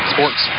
Sports